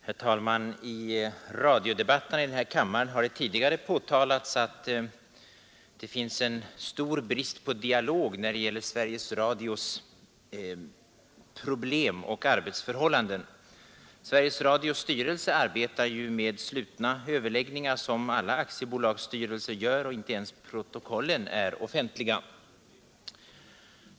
Herr talman! I tidigare radiodebatter i denna kammare har påtalats att det finns en påtaglig brist på kontakt och dialog när det gäller Sveriges Radios problem och arbetsförhållanden. Som alla aktiebolagsstyrelser arbetar också Sveriges Radios styrelse med slutna överläggningar, och inte ens protokollen är offentliga.